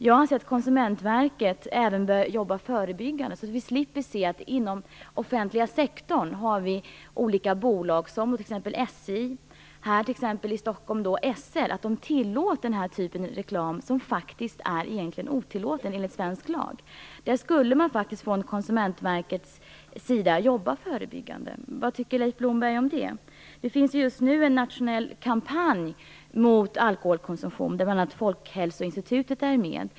Jag anser att Konsumentverket även bör jobba förebyggande, så att vi slipper se olika bolag inom den offentliga sektorn, såsom SJ och SL här i Stockholm, tillåta denna typ av reklam. Detta är reklam som är otillåten enligt svensk lag. Där skulle Konsumentverket kunna jobba förebyggande. Vad tycker Leif Blomberg om det? Just nu pågår en nationell kampanj mot alkoholkonsumtion, där bl.a. Folkhälsoinstitutet är med.